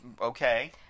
Okay